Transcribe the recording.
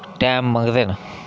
time मंगदे न